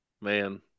man